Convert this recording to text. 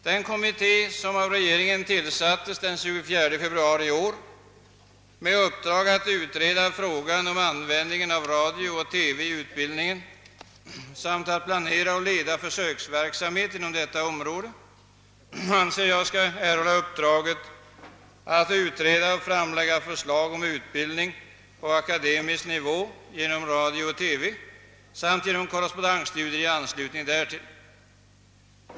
Den kommitté som regeringen tillsatte den 24 februari i år med uppdrag att utreda frågan om användningen av radio och TV i utbildningen samt att planera och leda försöksverksamheten på detta område anser jag skall erhålla uppdraget att också utreda frågan om utbildning på akademisk nivå genom radio och TV och genom korrespondensstudier i anslutning därtill.